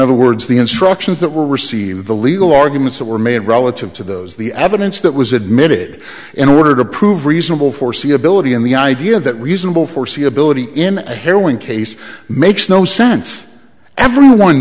other words the instructions that were received the legal arguments that were made relative to those the evidence that was admitted in order to prove reasonable foreseeability and the idea that reasonable foreseeability in a heroin case makes no sense everyone